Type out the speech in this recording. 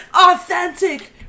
authentic